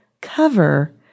cover